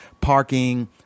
parking